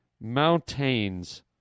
mountains